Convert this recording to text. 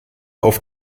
auf